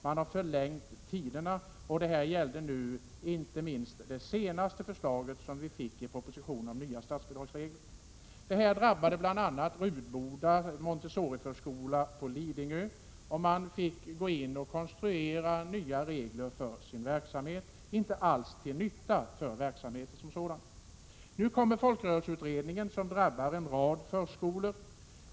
Man har förlängt tiderna. Det gäller inte minst det senaste förslaget om nya statsbidragsregler. Detta drabbade bl.a. Rudboda Montessoriförskola på Lidingö, där man fick konstruera nya regler för sin verksamhet som inte alls var till nytta för verksamheten som sådan. Nu kommer folkrörelseutredningens förslag, som drabbar en rad förskolor.